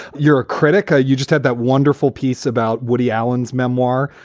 you're a critic. ah you just had that wonderful piece about woody allen's memoir.